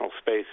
space